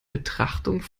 betrachtung